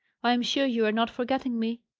i am sure you are not forgetting me.